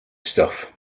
stuff